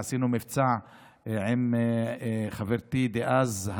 עשינו מבצע עם חברתי דאז,